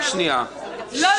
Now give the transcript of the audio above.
לא,